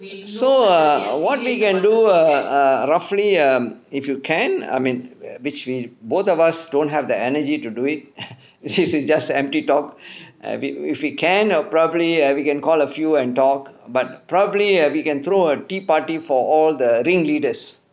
so err what we can err err roughly um if you can I mean which we both of us don't have the energy to do it this is just empty talk I mean if we can probably err we can call a few and talk but probably we can err throw a tea party for all the ringleaders